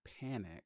panic